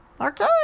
Okay